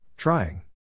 Trying